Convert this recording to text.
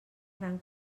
gran